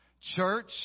Church